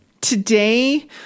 Today